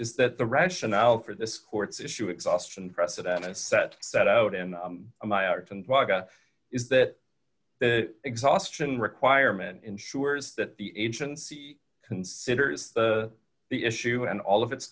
is that the rationale for this courts issue exhaustion precedent set set out in my act and why is that the exhaustion requirement ensures that the agency considers the issue and all of its